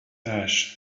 ash